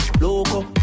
Loco